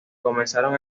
comenzaron